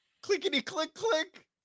Clickety-click-click